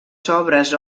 sobres